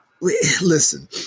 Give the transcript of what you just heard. Listen